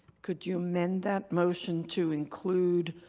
could you amend that motion to include